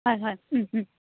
হয় হয়